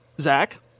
Zach